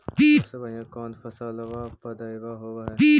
सबसे बढ़िया कौन फसलबा पइदबा होब हो?